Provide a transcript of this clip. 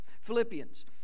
Philippians